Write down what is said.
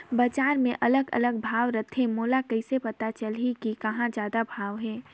बजार मे अलग अलग भाव रथे, मोला कइसे पता चलही कि कहां जादा भाव हे?